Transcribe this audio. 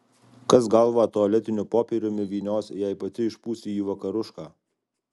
kas galvą tualetiniu popieriumi vynios jei pati išpūsi į vakarušką